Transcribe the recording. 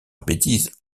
bêtise